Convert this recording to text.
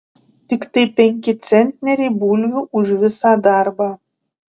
tiktai penki centneriai bulvių už visą darbą